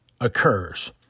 occurs